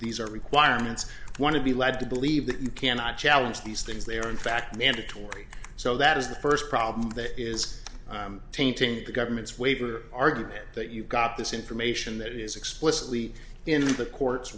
these are requirements want to be led to believe that you cannot challenge these things they are in fact mandatory so that is the first problem that is tainting the government's waiver argument that you got this information that is explicitly in the court